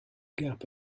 gap